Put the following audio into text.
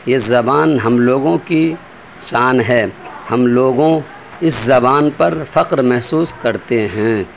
یہ زبان ہم لوگوں کی شان ہے ہم لوگوں اس زبان پر فخر محسوس کرتے ہیں